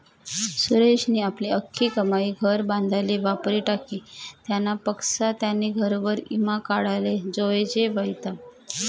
सुरेशनी आपली आख्खी कमाई घर बांधाले वापरी टाकी, त्यानापक्सा त्यानी घरवर ईमा काढाले जोयजे व्हता